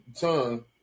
tongue